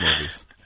movies